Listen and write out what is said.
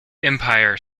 empire